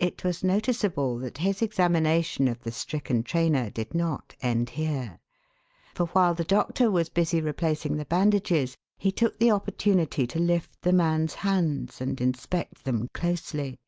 it was noticeable that his examination of the stricken trainer did not end here for while the doctor was busy replacing the bandages he took the opportunity to lift the man's hands and inspect them closely